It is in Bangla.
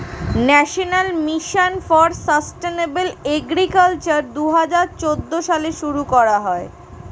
national mission for sustainable agriculture দুহাজার চৌদ্দ সালে শুরু করা হয়